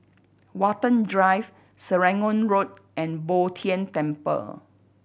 Watten Drive Serangoon Road and Bo Tien Temple